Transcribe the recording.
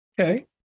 Okay